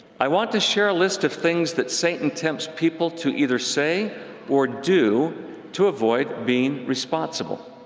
i want to share a list of things that satan tempts people to either say or do to avoid being responsible.